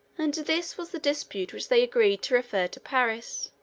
and this was the dispute which they agreed to refer to paris.